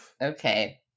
Okay